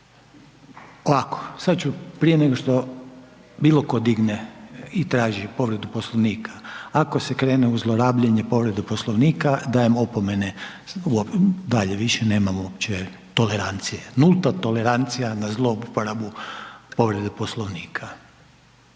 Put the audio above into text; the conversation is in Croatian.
Ovako, sad ću prije nego što bilo ko digne i traži povredu Poslovnika, ako se krene u zlorabljenje povrede Poslovnika dajem opomene, dalje više nemam uopće tolerancije, nulta tolerancija na zlouporabu povrede Poslovnika.